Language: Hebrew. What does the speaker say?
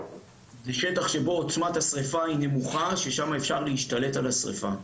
שטח שבו עוצמת השריפה היא נמוכה ושם אפשר להשתלט על השריפה.